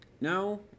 now